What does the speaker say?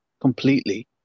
completely